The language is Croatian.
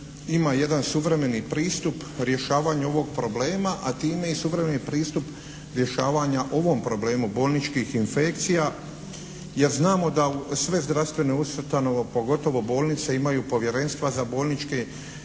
ima jedan suvremeni pristup rješavanju ovog problema a time i suvremeni pristup rješavanja ovom problemu bolničkih infekcija jer znamo da sve zdravstvene ustanove pogotovo bolnice imaju povjerenstva za bolničke infekcije